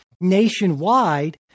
nationwide